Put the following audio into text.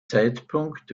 zeitpunkt